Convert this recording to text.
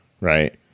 right